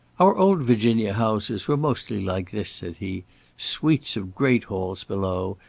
our old virginia houses were mostly like this, said he suites of great halls below,